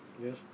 Yes